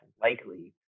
likely